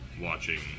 watching